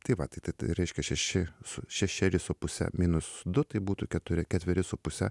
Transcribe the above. tai va tai tai reiškia šeši su šešeri su puse minus du tai būtų keturi ketveri su puse